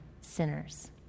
sinners